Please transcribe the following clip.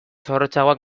zorrotzagoak